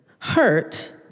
hurt